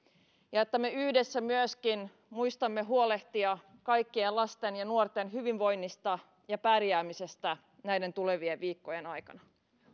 ja että me yhdessä myöskin muistamme huolehtia kaikkien lasten ja nuorten hyvinvoinnista ja pärjäämisestä näiden tulevien viikkojen aikana